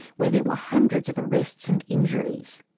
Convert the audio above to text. where there were hundreds of arrests and injuries.